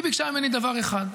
היא ביקשה ממני דבר אחד,